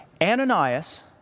Ananias